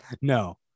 No